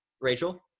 Rachel